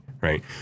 right